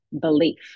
belief